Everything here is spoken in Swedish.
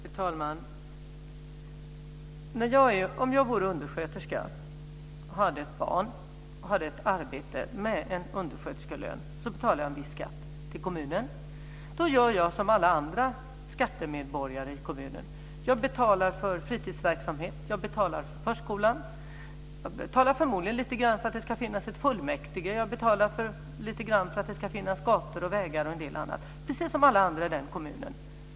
Fru talman! Om jag vore undersköterska och hade ett barn och ett arbete med undersköterskelön skulle jag betala en viss skatt till kommunen. Då gör jag som alla andra skattemedborgare i kommunen. Jag betalar för fritidsverksamhet. Jag betalar för förskolan. Jag betalar förmodligen lite grann för att det ska finnas ett fullmäktige. Jag betalar lite grann för att det ska finnas gator och vägar och en del annat, precis som alla andra i den kommunen.